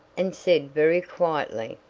and said very quietly,